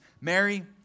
Mary